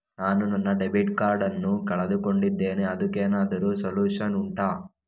ನಾನು ನನ್ನ debit card ನ್ನು ಕಳ್ಕೊಂಡಿದ್ದೇನೆ ಅದಕ್ಕೇನಾದ್ರೂ ಸೊಲ್ಯೂಷನ್ ಉಂಟಾ